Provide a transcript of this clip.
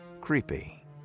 Creepy